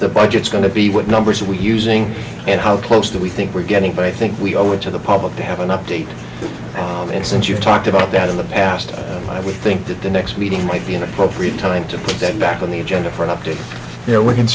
the budgets going to be what numbers we're using and how close do we think we're getting but i think we owe it to the public to have an update and since you've talked about that in the past i would think that the next meeting might be an appropriate time to put that back on the agenda for an update you know we can